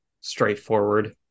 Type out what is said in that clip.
straightforward